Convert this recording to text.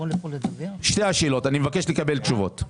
שתי השאלות, אני מבקש לקבל תשובות.